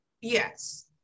Yes